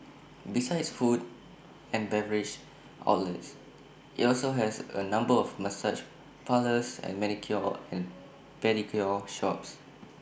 besides food and beverage outlets IT also has A number of massage parlours and manicure or and pedicure shops